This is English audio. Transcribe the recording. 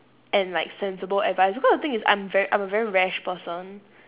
and like sensible advice because the thing is I'm very I'm a very rash person